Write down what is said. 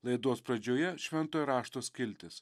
laidos pradžioje šventojo rašto skiltis